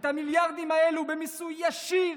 את המיליארדים האלו, במיסוי ישיר